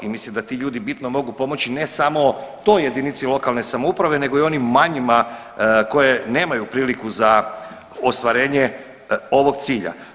I mislim da ti ljudi bitno mogu pomoći ne samo toj jedinici lokalne samouprave, nego i onim manjima koji nemaju priliku za ostvarenje ovog cilja.